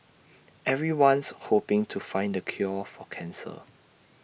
everyone's hoping to find the cure for cancer